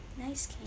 Nice